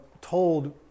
told